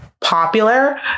popular